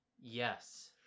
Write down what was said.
yes